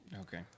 Okay